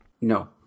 No